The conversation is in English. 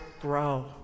grow